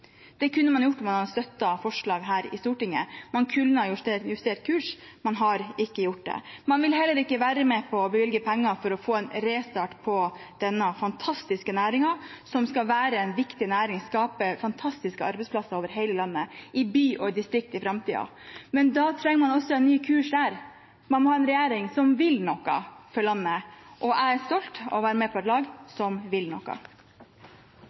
Det kunne man gjort, om man hadde støttet forslag her i Stortinget. Man kunne ha justert kursen, man har ikke gjort det. Man vil heller ikke være med på å bevilge penger for å få en restart på denne fantastiske næringen, som skal være en viktig næring, skape fantastiske arbeidsplasser over hele landet i by og i distrikt i framtiden. Men da trenger man også en ny kurs. Man må ha en regjering som vil noe for landet. Jeg er stolt over å være med på et lag som vil noe.